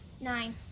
Nine